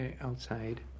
outside